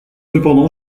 cependant